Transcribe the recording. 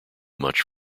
much